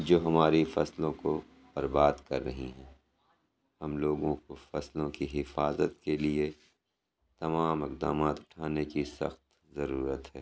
جو ہماری فصلوں کو برباد کر رہی ہیں ہم لوگوں کو فصلوں کی حفاظت کے لیے تمام اقدامات اُٹھانے کی سخت ضرورت ہے